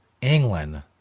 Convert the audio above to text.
England